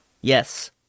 yes